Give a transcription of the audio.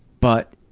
but